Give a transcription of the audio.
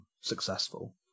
successful